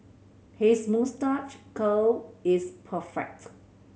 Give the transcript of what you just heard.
his moustache curl is perfect